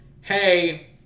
hey